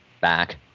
back